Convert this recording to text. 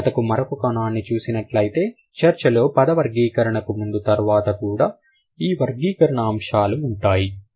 ఈ కథకు మరొక కోణాన్ని చూసినట్లయితే చర్చలో పద వర్గీకరణకు ముందు తర్వాత కూడా ఈ వర్గీకరణ అంశాలు ఉంటాయి